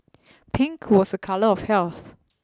pink was a colour of health